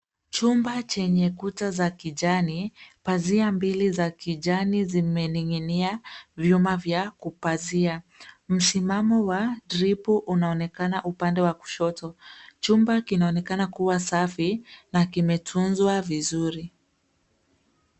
Chumba chenye kuta za kijani pazia mbili za kijani zimening'inia vyuma vya kupazia. Msimamo wa dripo unaonekana upande wa kushoto. Chumba kinaonekana kuwa safi na kimetunzwa vizuri.